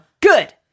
good